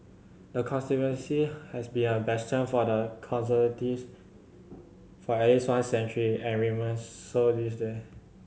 the constituency has been a bastion for the Conservatives for at least one century and remains so this day